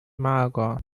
mager